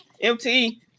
MT